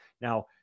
Now